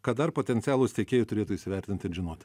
ką dar potencialūs tiekėjai turėtų įsivertinti ir žinoti